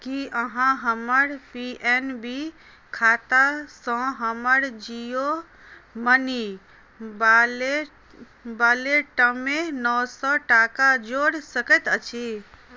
की अहाँ हमर P N B खातासँ हमर जियो मनी वॉलेटमे नओ सए टाका जोड़ि सकैत अछि